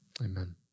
Amen